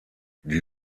die